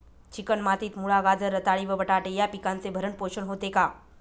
Chicken मातीत मुळा, गाजर, रताळी व बटाटे या पिकांचे भरण पोषण होते का?